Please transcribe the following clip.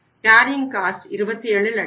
carrying cost 27 லட்சங்கள்